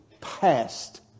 past